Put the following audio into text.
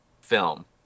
film